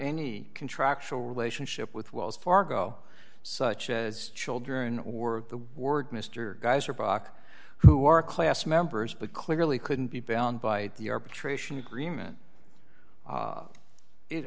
any contractual relationship with wells fargo such as children or the ward mr geyser brock who are class members but clearly couldn't be bound by the